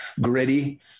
gritty